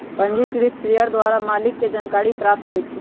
पंजीकृत शेयर द्वारा मालिक के जानकारी प्राप्त होइ छइ